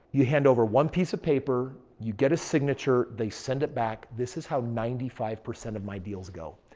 you hand over one piece of paper, you get a signature, they send it back. this is how ninety five percent of my deals go.